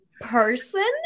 person